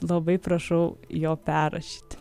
labai prašau jo perrašyti